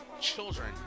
children